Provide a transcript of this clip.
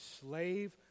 slave